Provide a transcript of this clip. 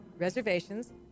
reservations